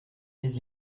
les